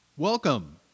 Welcome